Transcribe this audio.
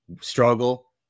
struggle